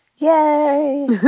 Yay